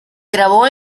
grabó